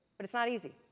but it's not easy.